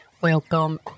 Welcome